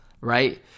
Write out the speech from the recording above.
right